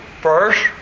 First